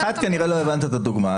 כנראה לא הבנת את הדוגמה.